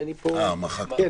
אה, מחקת פה.